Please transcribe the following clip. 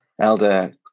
Elder